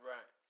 Right